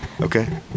okay